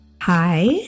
hi